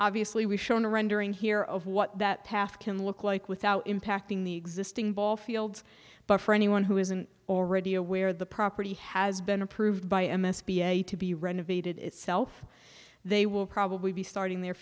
obviously we've shown the rendering here of what that path can look like without impacting the existing ball fields but for anyone who isn't already aware the property has been approved by m s p a to be renovated itself they will probably be starting their